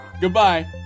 Goodbye